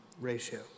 ratio